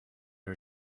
her